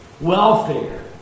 welfare